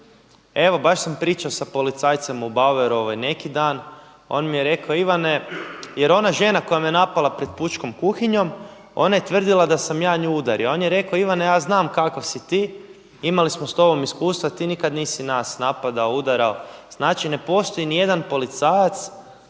evo baš sam pričao sa policajce u Bauerovoj neki dan, on mi je rekao Ivane jer ona žena koja me napala pred pučkom kuhinjom ona je tvrdila da sam ja nju udario, on je rekao Ivane ja znam kako si ti, imali smo s tobom iskustva ti nikada nisi nas napadao, udarao, znači ne postoji nijedan policajac